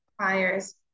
requires